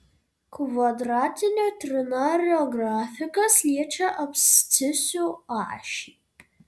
kvadratinio trinario grafikas liečia abscisių ašį